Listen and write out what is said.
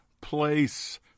place